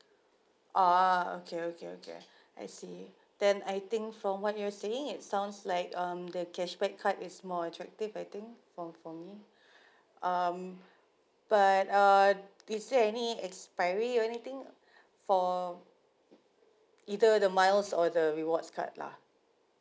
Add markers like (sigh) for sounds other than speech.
ah okay okay okay (breath) I see then I think from what you're saying it sounds like um the cashback card is more attractive I think for for me (breath) um but uh is there any expiry or anything (breath) for either the miles or the rewards card lah